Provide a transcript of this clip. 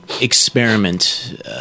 experiment